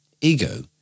Ego